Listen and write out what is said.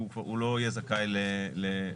הוא לא יהיה זכאי להחזר.